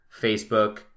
Facebook